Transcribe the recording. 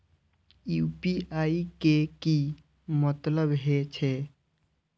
UPI के की मतलब हे छे?